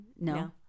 No